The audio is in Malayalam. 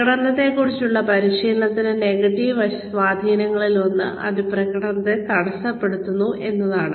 പ്രകടനത്തെക്കുറിച്ചുള്ള പരിശീലനത്തിന്റെ നെഗറ്റീവ് സ്വാധീനങ്ങളിലൊന്ന് ഇത് പ്രകടനത്തെ തടസ്സപ്പെടുത്തുന്നു എന്നതാണ്